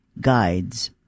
guides